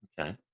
Okay